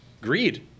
greed